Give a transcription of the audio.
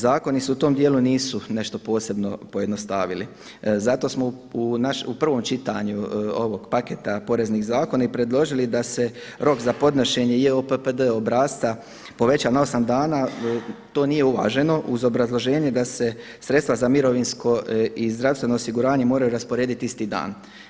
Zakoni se u tom dijelu nisu nešto posebno pojednostavili, zato smo u prvom čitanju ovog paketa poreznih zakona i predložili da se rok za podnošenje JOPPD obrasca poveća na osam dana, to nije uvaženo uz obrazloženje da se sredstva za mirovinsko i zdravstveno osiguranje moraju rasporediti isti dan.